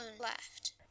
left